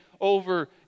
over